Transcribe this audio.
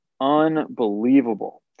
Unbelievable